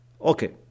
Okay